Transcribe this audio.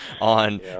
on